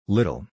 Little